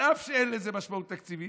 על אף שאין לזה משמעות תקציבית,